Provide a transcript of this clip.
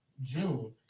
June